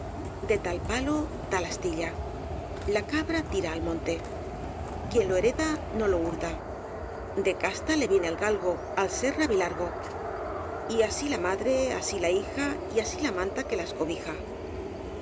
de tal palo tal astilla la cabra tira al monte quien lo hereda no lo hurta de casta le viene al galgo el ser rabilargo y así la madre así la hija y así la manta que las cobija